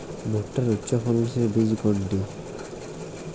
ভূট্টার উচ্চফলনশীল বীজ কোনটি?